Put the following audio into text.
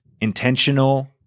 intentional